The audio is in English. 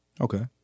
Okay